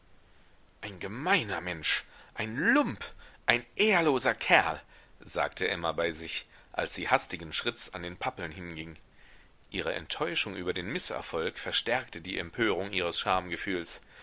ein gemeiner mensch ein lump ein ehrloser kerl sagte emma bei sich als sie hastigen schritts an den pappeln hinging ihre enttäuschung über den mißerfolg verstärkte die empörung ihres schamgefühls